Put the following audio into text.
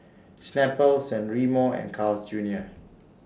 Snapple San Remo and Carl's Junior